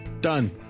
Done